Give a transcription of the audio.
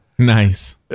Nice